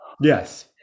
Yes